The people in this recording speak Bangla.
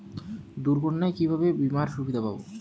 দুর্ঘটনায় কিভাবে বিমার সুবিধা পাব?